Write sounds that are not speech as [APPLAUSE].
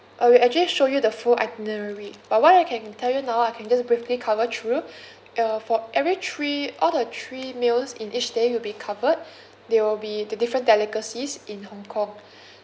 I will actually show you the full itinerary but what I can tell you now I can just briefly cover through [BREATH] uh for every three out of three meals in each day will be covered [BREATH] they will be the different delicacies in hong kong [BREATH]